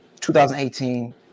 2018